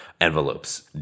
Envelopes